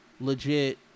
legit